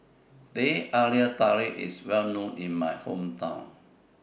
Teh Halia Tarik IS Well known in My Hometown